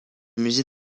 musée